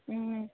ம்